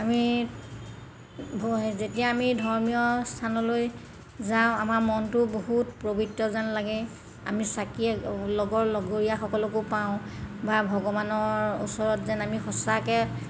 আমি যেতিয়া আমি ধৰ্মীয় স্থানলৈ যাওঁ আমাৰ মনটো বহুত পবিত্ৰ যেন লাগে আমি চাকি লগৰ লগৰীয়াসকলকো পাওঁ বা ভগৱানৰ ওচৰত যেন আমি সঁচাকৈ